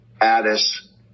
Addis